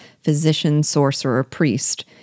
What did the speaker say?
physician-sorcerer-priest